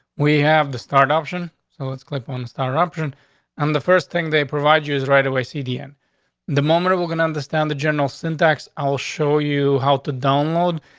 we have the start option. so let's clip on star option on um the first thing they provide you is right away. cdn the moment of we're gonna understand the general syntax, i will show you how to download.